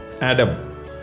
Adam